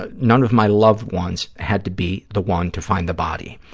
ah none of my loved ones had to be the one to find the body.